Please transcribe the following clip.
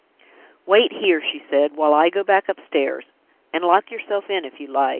wait here, she said, while i go back upstairs and lock yourself in, if you like.